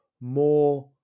more